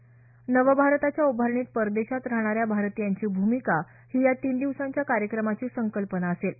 नवभारताच्या उभारणीत परदेशात राहणाऱ्या भारतीयांची भूमिका ही या तीन दिवसांच्या कार्यक्रमाची संकल्पना असेल